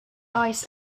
ice